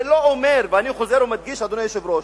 זה לא אומר, ואני חוזר ומדגיש, אדוני היושב-ראש: